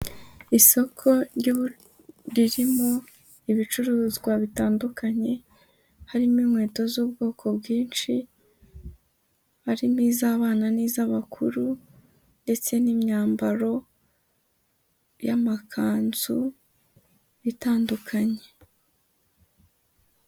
Isoko ririmo ibicuruzwa bitandukanye harimo inkweto z'ubwoko bwinshi, hari n'iz'abana n'iz'abakuru ndetse n'imyambaro y'amakanzu itandukanye.